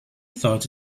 thought